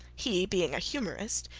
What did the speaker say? he, being a humorist,